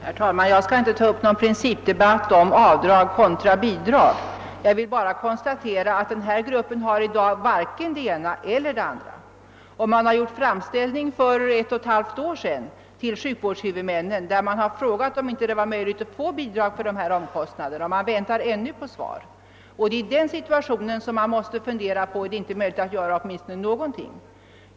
Herr talman! Jag skall inte ta upp någon principdebatt om avdrag kontra bidrag. Jag konstaterar endast att den här gruppen i dag varken har det ena eller andra. För ett och ett halvt år sedan gjorde man en framställning till sjukvårdshuvudmännen med förfrågan huruvida det var möjligt att få bidrag för dessa omkostnader, och man väntar ännu på svar. I den situationen måste vi fundera på om det inte är möjligt att göra åtminstone någonting.